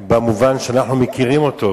במובן שאנחנו מכירים אותו,